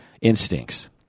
instincts